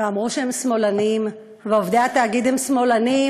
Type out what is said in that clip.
ואמרו שהם שמאלנים, ועובדי התאגיד הם שמאלנים,